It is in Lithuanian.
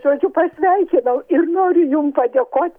žodžiu pasveikinau ir noriu jum padėkot